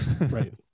Right